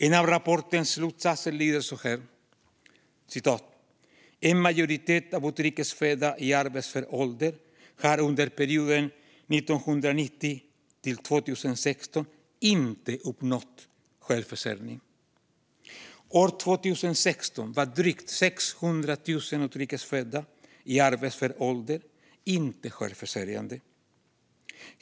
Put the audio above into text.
En av rapportens slutsatser lyder så här: "En majoritet av utrikes födda i arbetsför ålder har under perioden 1990 till 2016 inte uppnått självförsörjning. År 2016 var drygt 600 000 utrikes födda i arbetsför ålder inte självförsörjande.